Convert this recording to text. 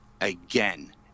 again